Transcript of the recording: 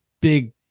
big